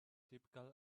typical